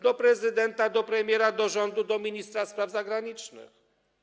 Do prezydenta, do premiera, do rządu, do ministra spraw zagranicznych.